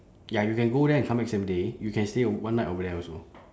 ya you can go there and come back same day you can stay ov~ one night over there also